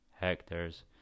hectares